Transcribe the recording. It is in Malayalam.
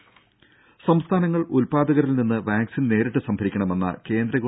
ദേദ സംസ്ഥാനങ്ങൾ ഉൽപാദകരിൽ നിന്ന് വാക്സിൻ നേരിട്ട് സംഭരിക്കണമെന്ന കേന്ദ്ര ഗവ